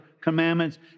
commandments